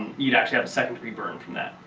you'd actually have a second-degree burn from that.